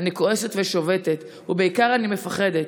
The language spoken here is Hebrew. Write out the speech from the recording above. אני כועסת ושובתת, ובעיקר, אני מפחדת.